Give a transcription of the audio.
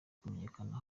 kumenyekana